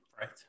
right